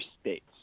states